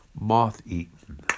moth-eaten